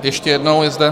Ještě jednou je zde...